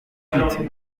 huit